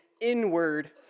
inward